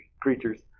creatures